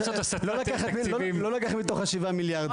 לא לוקח מתוך השבעה מיליארד,